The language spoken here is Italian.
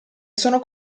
sono